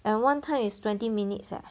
and one time is twenty minutes leh